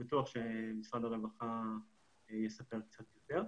אני בטוח שמשרד הרווחה יספר קצת יותר.